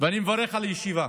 ואני מברך על הישיבה.